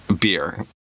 beer